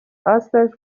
اصلش